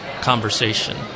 conversation